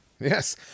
Yes